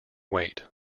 weight